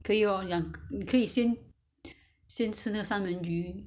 可以 oh 两个你可以先先吃那个三文鱼